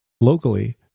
locally